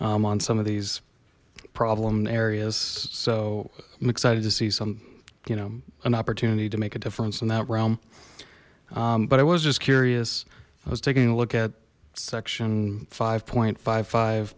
on some of these problem areas so i'm excited to see some you know an opportunity to make a difference in that realm but i was just curious i was taking a look at section five point five five